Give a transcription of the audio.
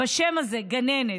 בשם הזה "גננת".